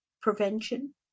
prevention